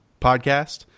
podcast